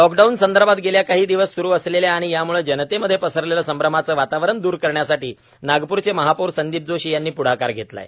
lockdown संदर्भात गेल्या काही दिवस सुरू असलेल्या आणि यामुळे जनते मध्ये पसरलेले संभ्रमाचे वातावरण दूर करण्यासाठी नागपूरचे महापौर संदीप जोशी यांनी प्ढाकार घेतला आहे